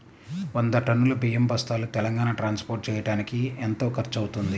వంద టన్నులు బియ్యం బస్తాలు తెలంగాణ ట్రాస్పోర్ట్ చేయటానికి కి ఎంత ఖర్చు అవుతుంది?